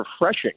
refreshing